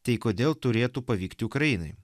tai kodėl turėtų pavykti ukrainai